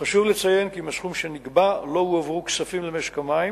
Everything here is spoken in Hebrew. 4. חשוב לציין כי מהסכום שנגבה לא הועברו כספים למשק המים.